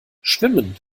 schwimmen